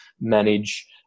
manage